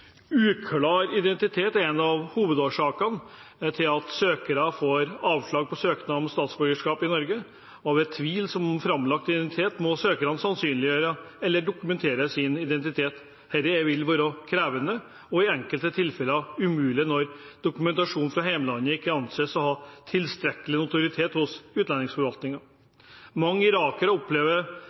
Uklar identitet er en av hovedårsakene til at søkere får avslag på søknad om statsborgerskap i Norge. Ved tvil om framlagt identitet må søkerne sannsynliggjøre eller dokumentere sin identitet. Dette vil være krevende og i enkelte tilfeller umulig når dokumentasjon fra hjemlandet ikke anses å ha tilstrekkelig notoritet hos utlendingsforvaltningen. Mange irakere opplever